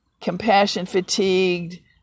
compassion-fatigued